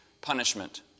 punishment